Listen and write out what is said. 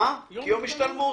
כן, כיום השתלמות.